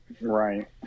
right